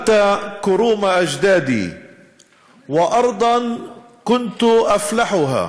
/ אתה גזלת את הפרדסים של אבותי / ואת האדמה אשר עיבדתי /